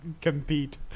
compete